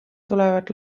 tulevad